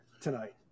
tonight